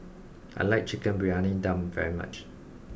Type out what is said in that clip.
I like Chicken Briyani Dum very much